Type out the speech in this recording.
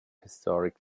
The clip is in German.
historic